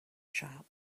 shop